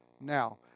now